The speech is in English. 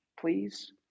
please